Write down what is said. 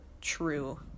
true